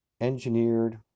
engineered